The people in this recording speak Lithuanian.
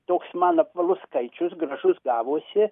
toks man apvalus skaičius gražus gavosi